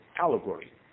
allegory